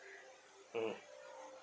mmhmm